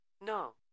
No